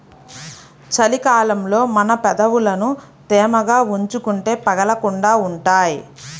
చలి కాలంలో మన పెదవులని తేమగా ఉంచుకుంటే పగలకుండా ఉంటాయ్